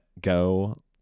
go